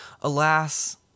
Alas